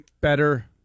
better